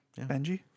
Benji